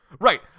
Right